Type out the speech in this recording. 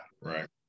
right